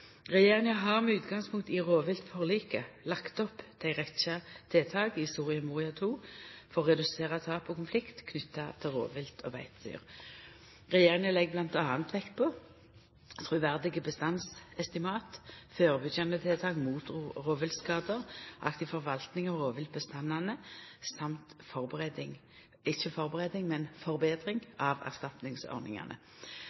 Regjeringa har med utgangspunkt i rovviltforliket lagt opp til ei rekkje tiltak i Soria Moria II for å redusera tap og konfliktar knytte til rovvilt og beitedyr. Regjeringa legg m.a. vekt på truverdige bestandsestimat, førebyggjande tiltak mot rovviltskadar, aktiv forvaltning av